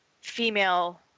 female